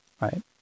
right